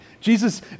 Jesus